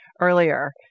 earlier